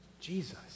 Jesus